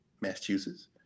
Massachusetts